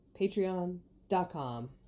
Patreon.com